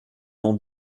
mon